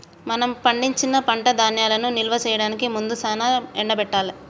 మనం పండించిన పంట ధాన్యాలను నిల్వ చేయడానికి ముందు సానా ఎండబెట్టాల్ల